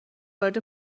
وارد